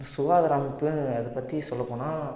சுகாதார அமைப்பு அதைப் பற்றி சொல்லப்போனால்